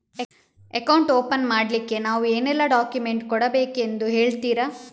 Account open ಮಾಡ್ಲಿಕ್ಕೆ ನಾವು ಏನೆಲ್ಲ ಡಾಕ್ಯುಮೆಂಟ್ ಕೊಡಬೇಕೆಂದು ಹೇಳ್ತಿರಾ?